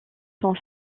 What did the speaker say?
sont